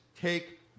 take